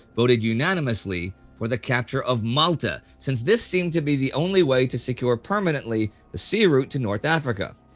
voted unanimously for the capture of malta, since this seemed to be the only way to secure permanently the sea route to north africa.